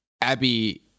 Abby